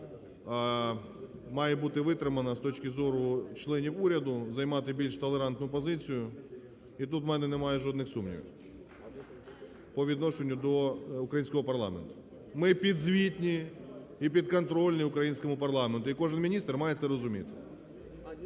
має бути витримана з точки зору членів уряду, займати більш толерантну позицію. І тут в мене немає жодних сумнівів, по відношенню до українського парламенту. Ми підзвітні і підконтрольні українському парламенту, і кожен міністр має це розуміти.